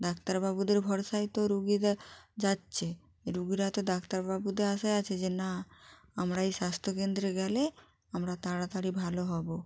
ডাক্তারবাবুদের ভরসায় তো রুগীরা যাচ্ছে রুগীরা তো দাক্তারবাবুদের আশায় আছে যে না আমরা এই স্বাস্থ্যকেন্দ্রে গেলে আমরা তাড়াতাড়ি ভালো হবো